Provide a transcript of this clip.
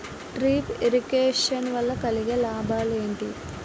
Drip irrigation వల్ల కలిగే లాభాలు ఏంటి?